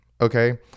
okay